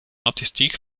artistieke